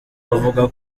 avuga